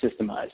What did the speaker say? systemized